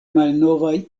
malnovaj